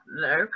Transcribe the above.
no